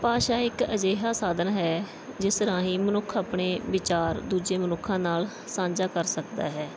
ਭਾਸ਼ਾ ਇੱਕ ਅਜਿਹਾ ਸਾਧਨ ਹੈ ਜਿਸ ਰਾਹੀਂ ਮਨੁੱਖ ਆਪਣੇ ਵਿਚਾਰ ਦੂਜੇ ਮਨੁੱਖਾਂ ਨਾਲ ਸਾਂਝਾ ਕਰ ਸਕਦਾ ਹੈ